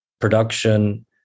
production